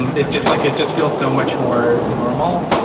it's just like it just feels so much more normal.